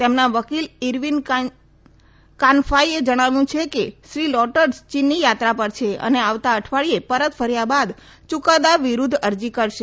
તેમના વકીલ ઇરવીન કાન્ફાઇએ જણાવ્યું છે કે શ્રી લોટર્સ ચીનની યાત્રા પર છે અને આવતા અઠવાડીયે પરત ફર્યા બાદ યુકાદા વિરૃધ્ધ અરજી કરશે